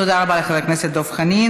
תודה רבה לחבר הכנסת דב חנין.